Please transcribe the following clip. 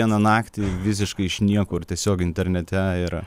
vieną naktį visiškai iš niekur tiesiog internete ir